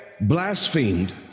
blasphemed